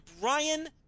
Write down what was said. Brian